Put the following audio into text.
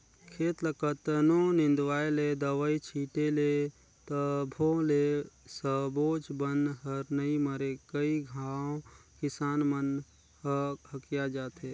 खेत ल कतनों निंदवाय ले, दवई छिटे ले तभो ले सबोच बन हर नइ मरे कई घांव किसान मन ह हकिया जाथे